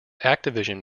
activision